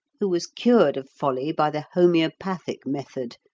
who was cured of folly by the homoeopathic method.